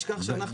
שתיים.